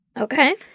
Okay